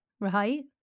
right